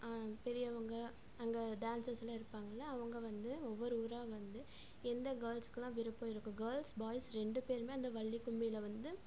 பெரியவங்க அங்க டான்சர்ஸ்லாம் இருப்பாங்கள்ல அவங்க வந்து ஒவ்வொரு ஊராக வந்து எந்த கேர்ள்ஸ்க்குலாம் விருப்பம் இருக்குது கேர்ள்ஸ் பாய்ஸ் ரெண்டு பேரும் அந்த வள்ளி கும்மியில் வந்து